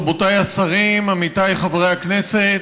רבותיי השרים, עמיתיי חברי הכנסת,